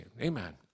Amen